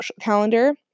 calendar